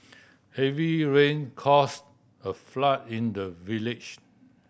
heavy rain caused a flood in the village